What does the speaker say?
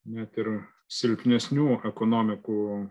net ir silpnesnių ekonomikų